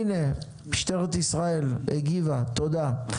הנה, משטרת ישראל הגיבה, תודה.